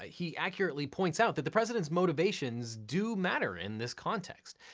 he accurately points out that the president's motivations do matter in this context,